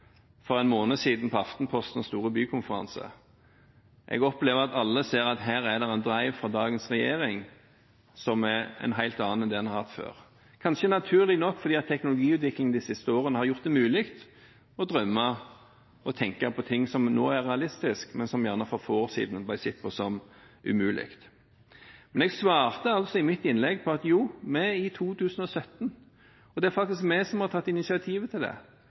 for en måned siden på Aftenpostens store bykonferanse. Jeg opplever at alle ser at her er det en drei fra dagens regjering som er en helt annen enn det en har hatt før. Kanskje naturlig nok, fordi teknologiutviklingen de siste årene har gjort det mulig å drømme og tenke på ting som nå er realistisk, men som for få år siden ble sett på som umulig. Jeg svarte i mitt innlegg at jo i 2017 er vi i gang. Det er faktisk vi som har tatt initiativet til det,